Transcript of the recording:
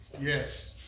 Yes